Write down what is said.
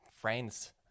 friends